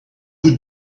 who